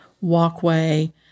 walkway